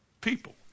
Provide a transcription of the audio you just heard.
people